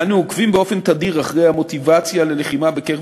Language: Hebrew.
אנו עוקבים באופן תדיר אחרי המוטיבציה ללחימה בקרב